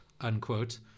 unquote